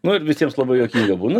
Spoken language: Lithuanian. nu ir visiems labai juokinga būna